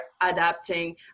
adapting